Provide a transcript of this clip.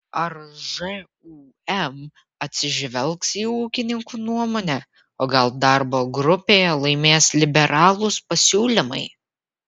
ar žūm atsižvelgs į ūkininkų nuomonę o gal darbo grupėje laimės liberalūs pasiūlymai